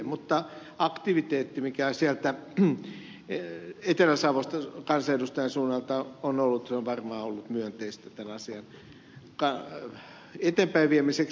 mutta aktiviteetti mikä sieltä etelä savosta kansanedustajan suunnalta on ollut on varmaan ollut myönteistä tämän asian eteenpäin viemiseksi